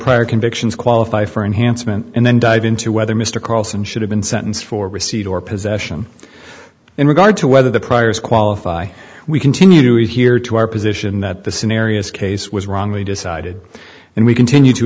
prior convictions qualify for enhancement and then dive into whether mr carlson should have been sentenced for receipt or possession in regard to whether the priors qualify we continue to hear to our position that the scenarios case was wrongly decided and we continue to